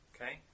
Okay